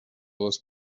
les